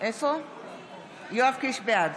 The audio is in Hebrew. בעד